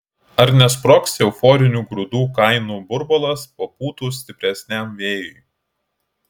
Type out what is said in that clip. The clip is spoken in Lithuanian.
ar nesprogs euforinių grūdų kainų burbulas papūtus stipresniam vėjui